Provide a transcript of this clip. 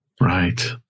Right